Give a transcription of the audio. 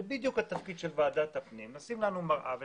זה בדיוק התפקיד של ועדת הפנים לשים מראה מולנו